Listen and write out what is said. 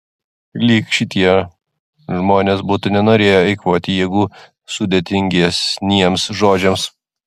lyg šitie žmonės būtų nenorėję eikvoti jėgų sudėtingesniems žodžiams